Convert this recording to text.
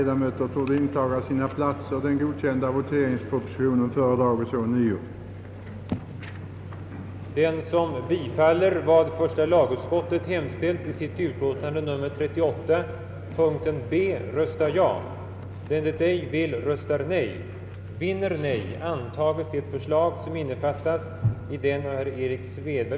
Det är väl inte tu tal om att häradshövdingetiteln har gamla, fina traditioner.